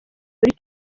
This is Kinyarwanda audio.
buri